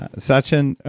ah satchin,